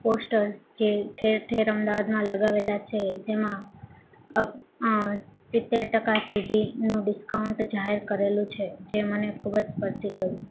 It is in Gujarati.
પોસ્ટરસ જે ઠેર ઠેર અમદાવાદમાં લગાવેલાં છે જેમાં સિત્તેર ટકા સુધીનું ડિસ્કાઉન્ટ જાહેર કરેલું છે જે મને ખૂબ જ સ્પર્શી ગઈ